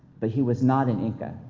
but he was not an inca.